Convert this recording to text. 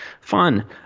Fun